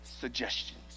suggestions